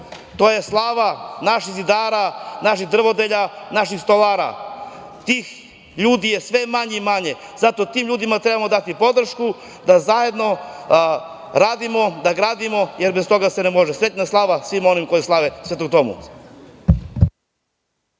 To je slava naših zidara, naših drvodelja, naših stolara. Tih ljudi je sve manje i manje, zato tim ljudima treba dati podršku da zajedno radimo, gradimo, jer bez toga se ne može. Srećna slava svima onima koji slave Svetog